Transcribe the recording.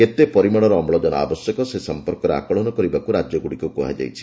କେତେ ପରିମାଣର ଅମ୍ଳୁକାନ ଆବଶ୍ୟକ ସେ ସଂପର୍କରେ ଆକଳନ କରିବାକୁ ରାଜ୍ୟଗୁଡ଼ିକୁ କୁହାଯାଇଛି